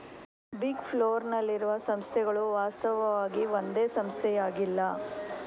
big ಫೋರ್ನ್ ನಲ್ಲಿರುವ ಸಂಸ್ಥೆಗಳು ವಾಸ್ತವವಾಗಿ ಒಂದೇ ಸಂಸ್ಥೆಯಾಗಿಲ್ಲ